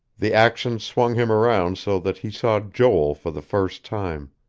the action swung him around so that he saw joel for the first time.